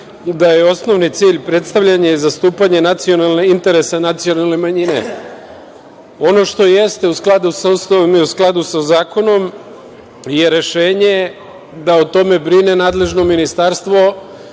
da je osnovni cilj predstavljanje i zastupanje nacionalnih interesa nacionalne manjine. Ono što jeste u skladu sa Ustavom i u skladu sa zakonom je rešenje da o tome brine nadležno ministarstvo